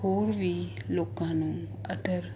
ਹੋਰ ਵੀ ਲੋਕਾਂ ਨੂੰ ਅਦਰ